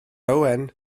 owen